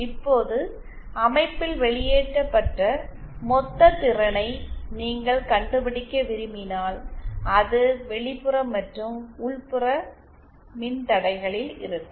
இப்போது அமைப்பில் வெளியேற்றப்பட்ட மொத்த திறனை நீங்கள் கண்டுபிடிக்க விரும்பினால் அது வெளிப்புற மற்றும் உட்புற மின்தடைகளில் இருக்கும்